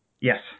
Yes